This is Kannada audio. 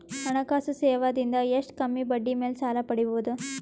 ಹಣಕಾಸು ಸೇವಾ ದಿಂದ ಎಷ್ಟ ಕಮ್ಮಿಬಡ್ಡಿ ಮೇಲ್ ಸಾಲ ಪಡಿಬೋದ?